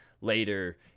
later